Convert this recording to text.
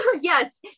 Yes